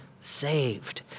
saved